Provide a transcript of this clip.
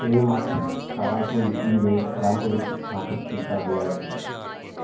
ਇਹ ਮੱਠ ਸਤਾਰ੍ਹਾਂ ਸੌ ਈਸਵੀ ਦੇ ਅਰੰਭ ਵਿੱਚ ਸਥਾਪਤ ਕੀਤਾ ਗਿਆ ਸੀ